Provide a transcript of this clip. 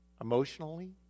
emotionally